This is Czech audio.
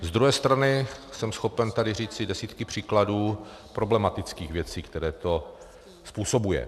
Z druhé strany jsem schopen tady říci desítky příkladů problematických věcí, které to způsobuje.